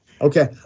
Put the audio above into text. Okay